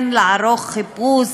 כן לערוך חיפוש,